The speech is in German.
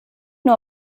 nur